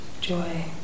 joy